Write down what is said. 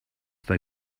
they